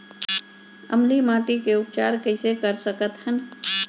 अम्लीय माटी के उपचार कइसे कर सकत हन?